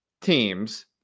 Teams